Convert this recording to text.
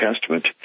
Testament